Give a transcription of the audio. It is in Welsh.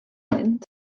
mynd